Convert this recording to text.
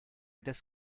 des